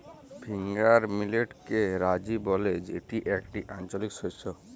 finger মিলেটকে রাজি ব্যলে যেটি একটি আঞ্চলিক শস্য